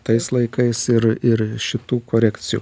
tai laikais ir ir šitų korekcijų